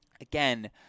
again